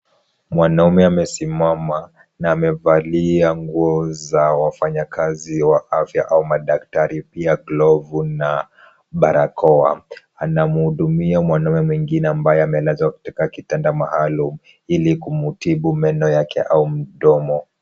Mwanaume amesimama na amevalia nguo za wafanyakazi wa afya au madaktari pia glovu na barakoa. Anamhudumia mwanaume mwingine ambaye amelazwa katika kitanda maalum ili kumtibu meno yake au mdomo.